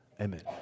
Amen